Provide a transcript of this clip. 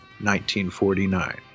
1949